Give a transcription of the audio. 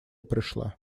пришла